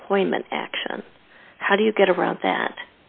employment action how do you get around that